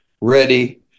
ready